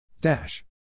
Dash